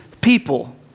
people